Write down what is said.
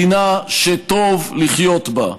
מדינה שטוב לחיות בה,